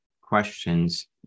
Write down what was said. questions